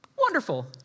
Wonderful